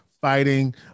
fighting